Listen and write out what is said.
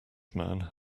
man